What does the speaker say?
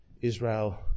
Israel